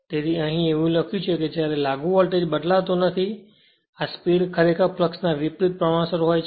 તેથી અહીં એવું લખ્યું છે કે જ્યારે લાગુ વોલ્ટેજ બદલાતો નથી આ સ્પીડ ખરેખર ફ્લક્ષ ના વિપરિત પ્રમાણસર હોય છે